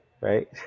right